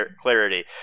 clarity